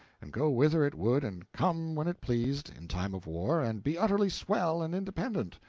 and go whither it would and come when it pleased, in time of war, and be utterly swell and independent.